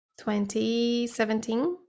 2017